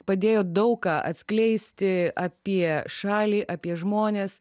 padėjo daug ką atskleisti apie šalį apie žmones